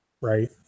Right